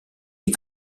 les